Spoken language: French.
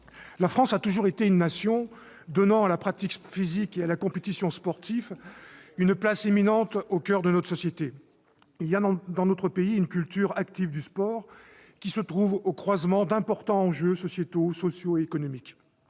la France a toujours été une nation donnant à la pratique physique et à la compétition sportive une place éminente au coeur de sa société. Il y a, dans notre pays, une culture active du sport qui se trouve au croisement d'importants enjeux sociétaux, sociaux et économiques.